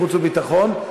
חוץ וביטחון?